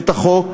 את החוק.